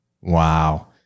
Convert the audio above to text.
Wow